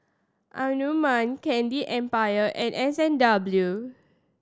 Anmum Candy Empire and S and W